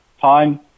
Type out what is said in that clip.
time